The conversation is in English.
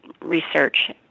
research